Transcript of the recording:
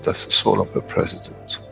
that's the soul of a president.